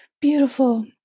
beautiful